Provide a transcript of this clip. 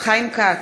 חיים כץ,